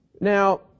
now